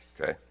Okay